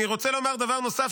אני רוצה לומר דבר נוסף.